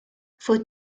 for